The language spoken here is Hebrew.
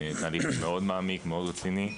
תהליך מאוד מעמיק, מאוד רציני.